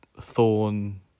thorn